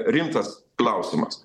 rimtas klausimas